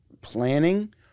planning